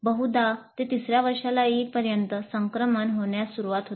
बहुधा ते तिसर्या वर्षाला येईपर्यंत संक्रमण होण्यास सुरवात होते